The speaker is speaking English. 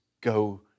go